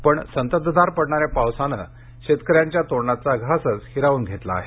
पण संततधार पडणाऱ्या पावसाने शेतकऱ्यांच्या तोंडाचा घासच हिरावून घेतला आहे